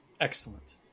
excellent